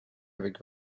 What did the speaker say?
avec